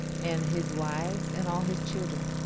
and his wives and all his children,